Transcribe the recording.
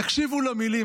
תקשיבו למילים,